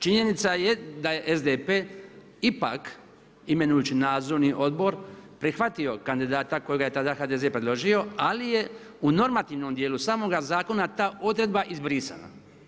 Činjenica je da je SDP ipak imenujući nadzorni odbor, prihvatio kandidata kojega je tada HDZ predložio, ali je u normativnom dijelu, samoga zakona, ta odredba izbrisana.